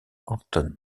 orton